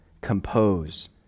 compose